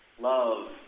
love